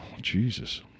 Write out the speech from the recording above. Jesus